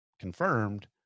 confirmed